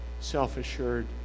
self-assured